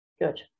Good